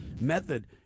method